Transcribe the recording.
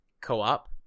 co-op